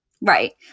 Right